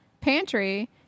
Pantry